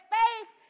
faith